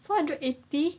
four hundred eighty